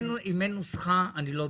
אין נוסחה אני לא דן.